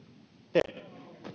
te